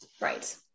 Right